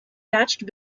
thatched